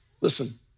Listen